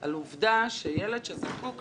על עובדה שילד שזקוק לתקצוב,